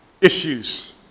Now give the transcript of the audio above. issues